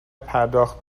پرداخت